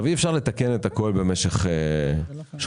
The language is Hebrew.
אי-אפשר לתקן את הכול במשך חודש,